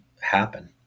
happen